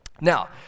Now